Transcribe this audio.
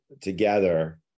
together